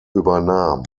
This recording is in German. übernahm